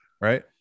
right